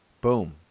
boom